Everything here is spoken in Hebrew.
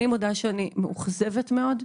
אני מודה שאני מאוכזבת מאוד,